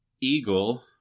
Eagle